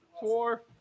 four